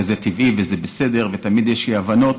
וזה טבעי וזה בסדר ותמיד יש אי-הבנות,